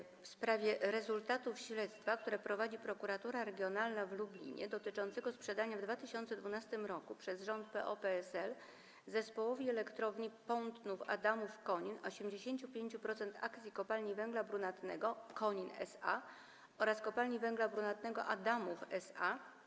To pytanie w sprawie rezultatów śledztwa, które prowadzi Prokuratura Regionalna w Lublinie, dotyczącego sprzedania w 2012 r. przez rząd PO-PSL Zespołowi Elektrowni Pątnów-Adamów-Konin 85% akcji Kopalni Węgla Brunatnego Konin SA oraz Kopalni Węgla Brunatnego Adamów SA.